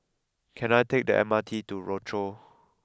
can I take the M R T to Rochor